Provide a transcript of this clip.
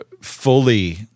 fully